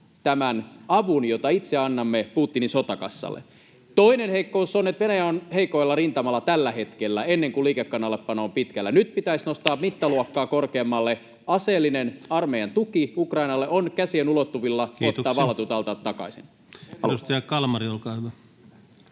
tämän avun, jota itse annamme Putinin sotakassalle? Toinen heikkous on, että Venäjä on rintamalla heikoilla tällä hetkellä, ennen kuin liikekannallepano on pitkällä. Nyt pitäisi nostaa mittaluokkaa korkeammalle aseellinen armeijan tuki Ukrainalle. On käsien ulottuvilla ottaa vallatut alueet takaisin. Kiitoksia. — Edustaja Kalmari, olkaa hyvä.